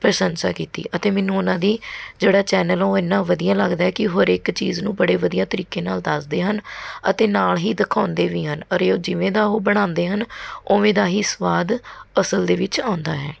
ਪ੍ਰਸ਼ੰਸਾ ਕੀਤੀ ਅਤੇ ਮੈਨੂੰ ਉਹਨਾਂ ਦੀ ਜਿਹੜਾ ਚੈਨਲ ਉਹ ਇੰਨਾ ਵਧੀਆ ਲੱਗਦਾ ਕਿ ਹਰ ਇੱਕ ਚੀਜ਼ ਨੂੰ ਬੜੇ ਵਧੀਆ ਤਰੀਕੇ ਨਾ ਦੱਸਦੇ ਹਨ ਅਤੇ ਨਾਲ ਹੀ ਦਿਖਾਉਂਦੇ ਵੀ ਹਨ ਔਰ ਜਿਵੇਂ ਦਾ ਉਹ ਬਣਾਉਂਦੇ ਹਨ ਉਵੇਂ ਦਾ ਹੀ ਸਵਾਦ ਅਸਲ ਦੇ ਵਿੱਚ ਆਉਂਦਾ ਹੈ